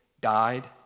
died